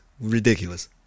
Ridiculous